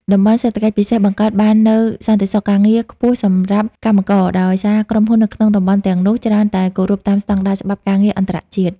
តំបន់សេដ្ឋកិច្ចពិសេស បង្កើតបាននូវ "សន្តិសុខការងារ" ខ្ពស់សម្រាប់កម្មករ ដោយសារក្រុមហ៊ុននៅក្នុងតំបន់ទាំងនោះច្រើនតែគោរពតាមស្ដង់ដារច្បាប់ការងារអន្តរជាតិ។